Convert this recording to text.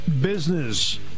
business